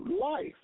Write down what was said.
life